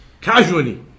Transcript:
casually